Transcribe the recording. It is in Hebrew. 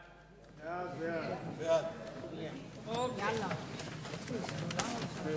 ההצעה להעביר את הנושא לוועדת העבודה,